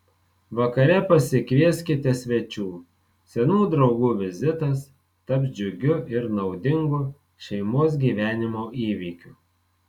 vakare pasikvieskite svečių senų draugų vizitas taps džiugiu ir naudingu šeimos gyvenimo įvykiu